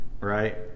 right